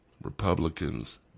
Republicans